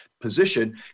position